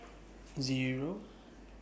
Zero